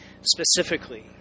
specifically